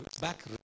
back